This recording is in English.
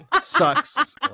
Sucks